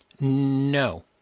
No